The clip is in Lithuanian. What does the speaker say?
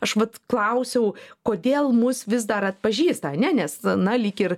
aš vat klausiau kodėl mus vis dar atpažįsta ane nes na lyg ir